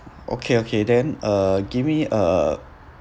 okay okay then uh give me uh